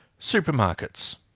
Supermarkets